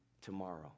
tomorrow